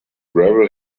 gravel